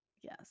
yes